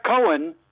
Cohen